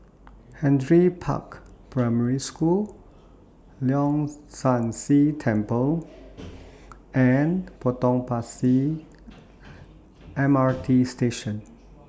Henry Park Primary School Leong San See Temple and Potong Pasir M R T Station